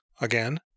again